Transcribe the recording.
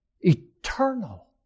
eternal